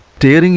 dear?